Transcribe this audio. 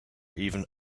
even